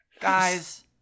Guys